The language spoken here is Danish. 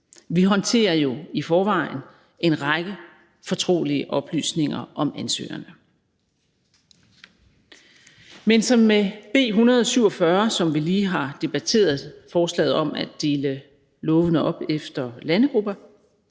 Vi håndterer jo i forvejen en række fortrolige oplysninger om ansøgerne. Men som med B 147, som vi lige har debatteret, altså forslaget om at dele lovforslaget op efter landegrupper,